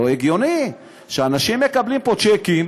לא הגיוני שאנשים מקבלים פה צ'קים